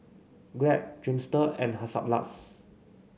Glad Dreamster and Hansaplast